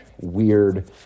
weird